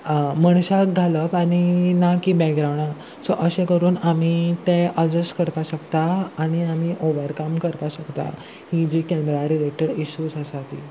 मणशाक घालप आनी ना की बॅकग्रावणा सो अशें करून आमी तें एडजस्ट करपाक शकता आनी आमी ओवरकम करपा शकता ही जी कॅमेरा रिलेटेड इश्यूज आसा ती